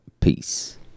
peace